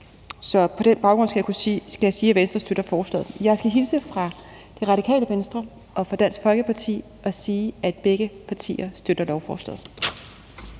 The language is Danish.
Så på den baggrund skal jeg sige, at Venstre støtter forslaget. Jeg skal hilse fra Radikale Venstre og Dansk Folkeparti og sige, at begge partier støtter lovforslaget.